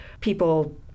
people